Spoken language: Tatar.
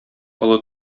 олы